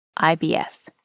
IBS